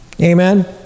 Amen